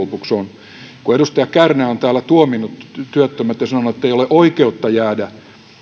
lopuksi on edustaja kärnä on täällä tuominnut työttömät ja sanonut ettei ole oikeutta jäädä